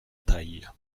taille